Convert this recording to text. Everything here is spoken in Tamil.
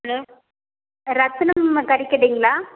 ஹலோ ரத்தினம் கறி கடைங்களா